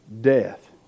death